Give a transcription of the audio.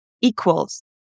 equals